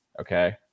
okay